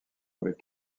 avec